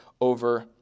over